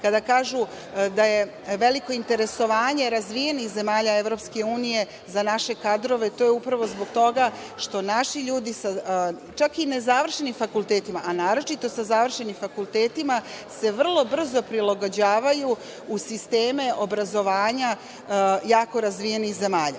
kada kažu da je veliko interesovanje razvijenih zemalja EU za naše kadrove to je upravo zbog toga što naši ljudi, čak i sa nezavršenim fakultetima, a naročito sa završenim fakultetima, se vrlo brzo prilagođavaju u sisteme obrazovanja jako razvijenih zemalja. Ovaj